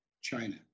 China